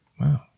wow